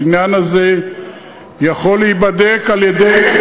העניין הזה יכול להיבדק על-ידי,